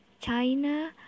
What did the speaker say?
China